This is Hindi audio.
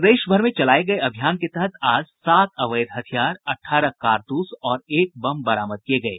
प्रदेश भर में चलाये गये अभियान के तहत आज सात अवैध हथियार अठारह कारतूस और एक बम बरामद किये गये